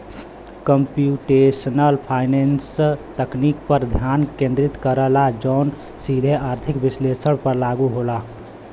computational finance तकनीक पर ध्यान केंद्रित करला जौन सीधे आर्थिक विश्लेषण पर लागू होला